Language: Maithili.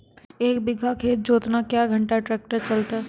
एक बीघा खेत जोतना क्या घंटा ट्रैक्टर चलते?